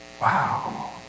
Wow